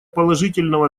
положительного